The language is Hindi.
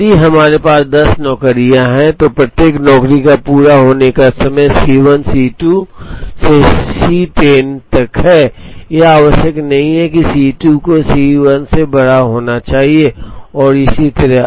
यदि हमारे पास दस नौकरियां हैं तो प्रत्येक नौकरी का पूरा होने का समय C 1 C 2 से C 10 तक है यह आवश्यक नहीं है कि C 2 को C 1 से बड़ा होना चाहिए और इसी तरह